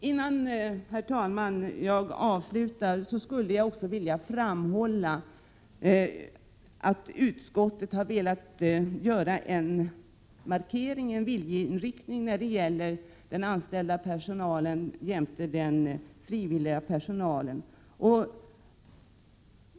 Innan jag avslutar mitt anförande skulle jag också vilja framhålla att utskottet har velat visa en viljeinriktning när det gäller den anställda personalen jämte den frivilliga personalen.